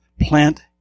plant